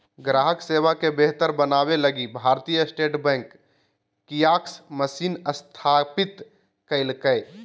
ग्राहक सेवा के बेहतर बनाबे लगी भारतीय स्टेट बैंक कियाक्स मशीन स्थापित कइल्कैय